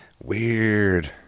weird